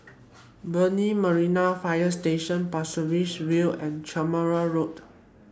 Brani Marine Fire Station Pasir Ris View and Carmichael Road